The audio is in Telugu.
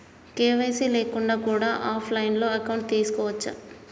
కే.వై.సీ లేకుండా కూడా ఆఫ్ లైన్ అకౌంట్ తీసుకోవచ్చా?